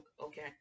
okay